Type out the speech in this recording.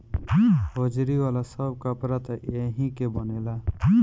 hosiery वाला सब कपड़ा त एही के बनेला